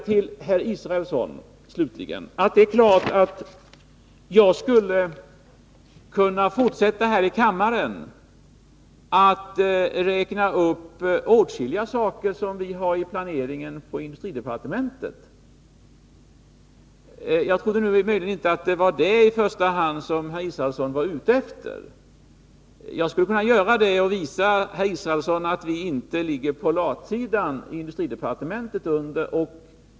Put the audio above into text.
Till herr Israelsson, slutligen, vill jag säga: Det är klart att jag skulle kunna fortsätta att här i kammaren räkna upp åtskilligt som vi planerar inom industridepartementet. Men jag trodde möjligen att det inte var sådant som Per Israelsson var ute efter i första hand. Jag skulle kunna visa herr Israelsson att vi inte ligger på latsidan i industridepartementet.